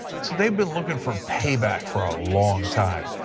so they have been looking for payback for a long time.